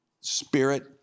spirit